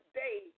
day